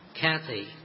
Kathy